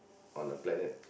on a planet